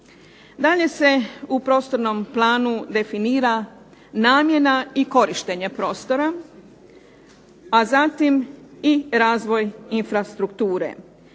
Dalje se u prostornom planu definira namjena i korištenje prostora, a zatim i razvoj infrastrukture.